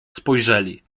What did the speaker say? spojrzeli